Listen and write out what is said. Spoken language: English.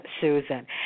Susan